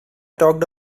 talked